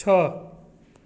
छह